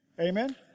Amen